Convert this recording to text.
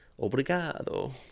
obrigado